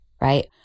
right